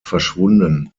verschwunden